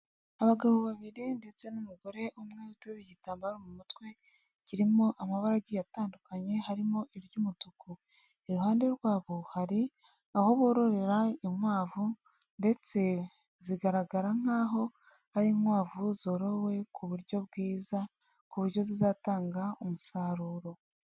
Abagabo babiri ndetse n'umugore umwe uteze igitambaro mu mutwe, kirimo amabara agiye atandukanye harimo iry'umutuku, iruhande rwabo hari aho bororera inkwavu ndetse zigaragara nk'aho ari inkwavu zorowe ku buryo bwiza ku buryo zizatanga umusaruro.